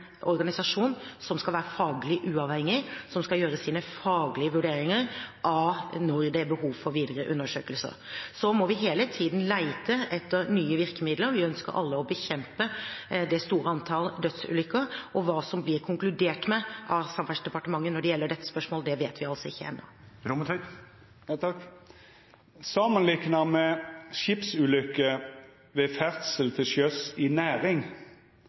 organisasjon som skal være faglig uavhengig, som skal gjøre sine faglige vurderinger av når det er behov for videre undersøkelser. Så må vi hele tiden lete etter nye virkemidler. Vi ønsker alle å bekjempe det store antallet dødsulykker, og hva det blir konkludert med av Samferdselsdepartementet når det gjelder dette spørsmålet, vet vi altså ikke ennå. Samanlikna med skipsulykker ved ferdsel til sjøs i næring,